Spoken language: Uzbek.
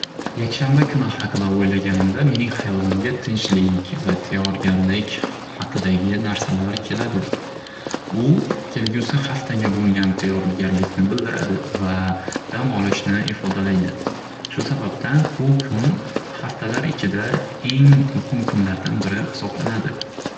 Yakshanba kuni haqida o'ylaganimda mening hayolimga tinchlik va tayyorgarlik haqidagi narsalar keladi. U kelgusi haftaga bo'lgan tayyorgarlikni bildiradi va dam olishni ifodalaydi. Shu sababdan u kun haftalar ichida eng muhim kunlardan biri hisoblanadi.